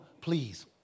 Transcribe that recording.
Please